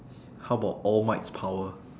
how about all might's power